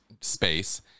space